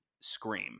Scream